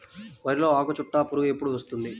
వరిలో ఆకుచుట్టు పురుగు ఎప్పుడు వస్తుంది?